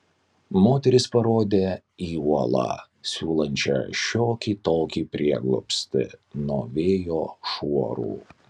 moteris parodė į uolą siūlančią šiokį tokį prieglobstį nuo vėjo šuorų